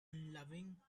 unloving